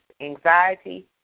anxiety